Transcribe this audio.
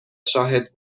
شاهد